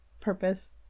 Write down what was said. purpose